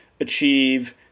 achieve